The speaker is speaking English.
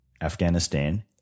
Afghanistan